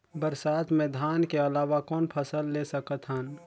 बरसात मे धान के अलावा कौन फसल ले सकत हन?